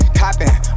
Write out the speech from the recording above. copping